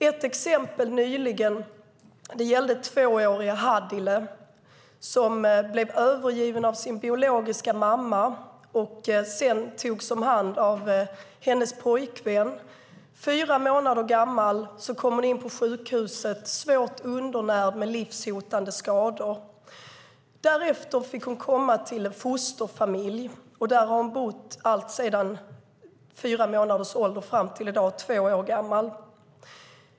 Ett exempel nyligen gällde tvååriga Haddile, som blev övergiven av sin biologiska mamma och sedan togs om hand av hennes pojkvän. Fyra månader gammal kom hon in på sjukhus, svårt undernärd och med livshotande skador. Därefter fick hon komma till en fosterfamilj, och där har hon bott sedan fyra månaders ålder och fram till i dag, två år gammal.